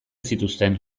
zituzten